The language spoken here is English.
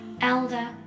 elder